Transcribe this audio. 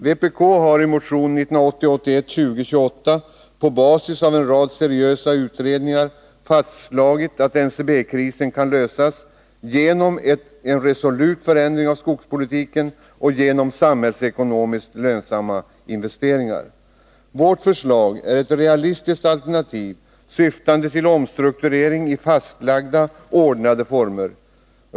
Vpk har i motion 1980/81:2028 på basis av en rad seriösa utredningar fastslagit att NCB-krisen kan lösas genom en resolut förändring av skogspolitiken och genom samhällsekonomiskt lönsamma investeringar. Vårt förslag är ett realistiskt alternativ, syftande till omstrukturering i fastlagda ordnade former.